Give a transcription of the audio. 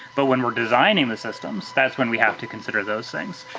but when we're designing the systems, that's when we have to consider those things.